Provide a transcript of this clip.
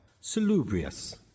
salubrious